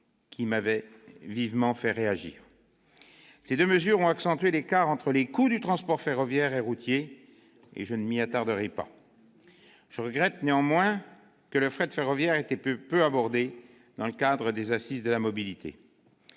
qui m'avait fait vivement réagir. Ces deux mesures ont accentué l'écart entre les coûts des transports ferroviaire et routier. Je ne m'attarderai pas sur ce point. Je regrette néanmoins que le fret ferroviaire ait été peu abordé dans le cadre des Assises de la mobilité.